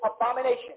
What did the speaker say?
abomination